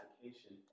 application